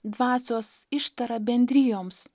dvasios ištara bendrijoms